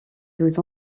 douze